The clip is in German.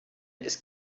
ist